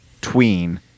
tween